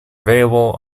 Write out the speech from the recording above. available